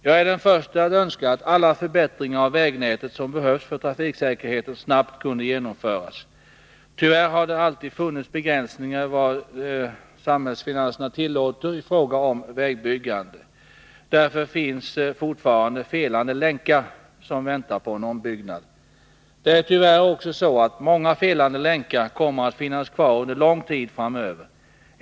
Jag är den förste att önska att alla förbättringar av vägnätet som behövs för trafiksäkerheten snabbt kunde genomföras. Tyvärr har det alltid funnits begränsningar i vad samhällsfinanserna tillåter i fråga om vägbyggande. Därför finns fortfarande ”felande länkar” som väntar på en ombyggnad. Det är tyvärr också så att många ”felande länkar” kommer att finnas kvar under lång tid framöver.